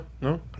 No